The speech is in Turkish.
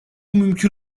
mümkün